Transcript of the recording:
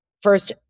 first